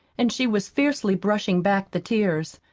and she was fiercely brushing back the tears.